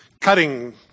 cutting